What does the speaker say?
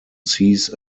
sees